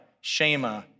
Shema